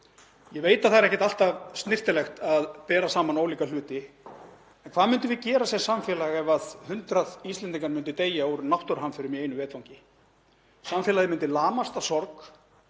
Ég veit að það er ekkert alltaf snyrtilegt að bera saman ólíka hluti, en hvað myndum við gera sem samfélag ef 100 Íslendingar myndu deyja af völdum náttúruhamfara í einu vetfangi? Samfélagið myndi lamast af sorg,